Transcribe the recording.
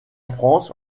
france